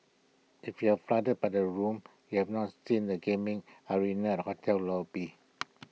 if you're floored by the rooms you have not seen the gaming arena at the hotel lobby